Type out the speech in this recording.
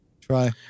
try